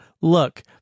look